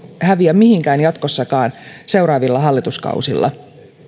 häviä mihinkään seuraavilla hallituskausilla